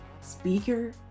speaker